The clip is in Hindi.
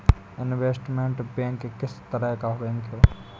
इनवेस्टमेंट बैंक किस तरह का बैंक है?